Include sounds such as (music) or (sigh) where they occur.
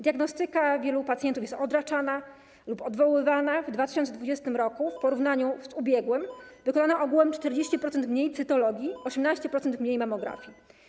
Diagnostyka wielu pacjentów jest odraczana lub odwoływana: w 2020 r. (noise) w porównaniu z ubiegłym wykonano ogółem 40% mniej cytologii i 18% mniej mammografii.